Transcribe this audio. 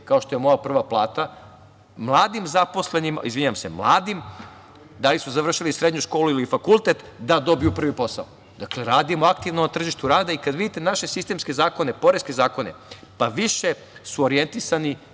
kao što je „Moja prava plata“, mladima, da li su završili srednju školu ili fakultet, da dobiju prvi posao. Dakle, radimo aktivno na tržištu rada i kada vidite naše sistemske zakone, poreske zakone, više su orjentisani,